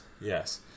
yes